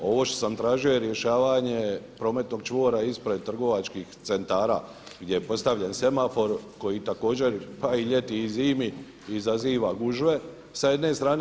Ovo što sam tražio je rješavanje prometnog čvora ispred trgovačkih centara gdje je postavljen semafor koji također pa i ljeti i zimi izaziva gužve, sa jedne strane.